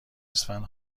اسفند